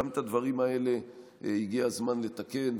גם את הדברים האלה הגיע הזמן לתקן.